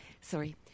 Sorry